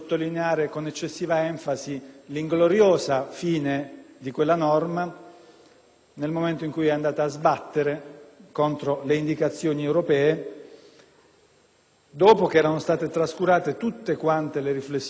nel momento in cui è andata a sbattere contro le indicazioni europee, dopo che erano state trascurate tutte le riflessioni da noi suggerite sulla palese incostituzionalità, oltre che sulla inciviltà